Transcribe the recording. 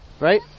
right